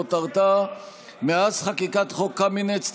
שכותרתה: מאז חקיקת חוק קמיניץ,